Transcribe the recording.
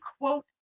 quote